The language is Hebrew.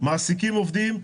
מעסיקים עובדים,